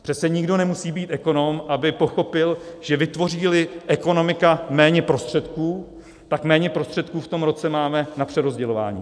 Přece nikdo nemusí být ekonom, aby pochopil, že vytvoříli ekonomika méně prostředků, tak méně prostředků v tom roce máme na přerozdělování.